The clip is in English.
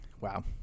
Wow